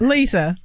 Lisa